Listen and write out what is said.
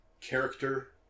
character